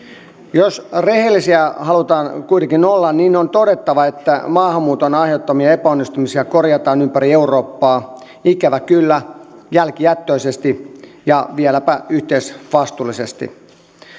jos rehellisiä halutaan kuitenkin olla niin on todettava että maahanmuuton aiheuttamia epäonnistumisia korjataan ympäri eurooppaa ikävä kyllä jälkijättöisesti ja vieläpä yhteisvastuullisesti